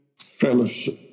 fellowship